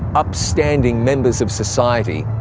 upstanding members of society,